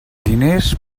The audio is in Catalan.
diners